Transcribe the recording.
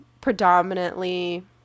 predominantly